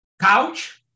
Couch